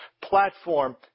platform